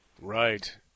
Right